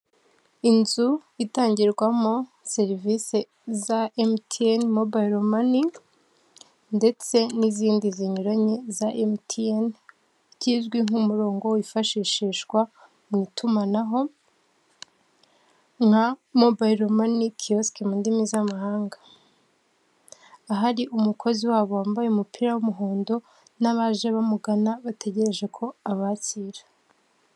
Inzu itangirwamo serivise za MTN Mobile Money ndetse n'izindi zinyuranye za MTN, ikizwi nk'umurongo wifashishishwa mu itumanaho nka Mobile Money kiyosike mu ndimi z'amahanga, ahari umukozi wabo wambaye umupira w'umuhondo n'abaje bamugana bategereje ko abakira.